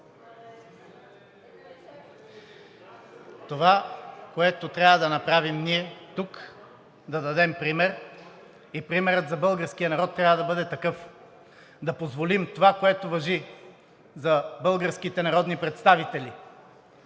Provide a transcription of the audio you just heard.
Това, което трябва да направим ние тук, е да дадем пример и примерът за българския народ трябва да бъде такъв: да позволим това, което важи за българските народни представители